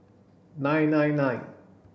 nine nine nine